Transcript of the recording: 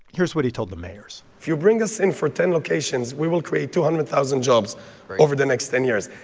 here's what he told the mayors if you bring us in for ten locations, we will create two hundred thousand jobs over the next ten years.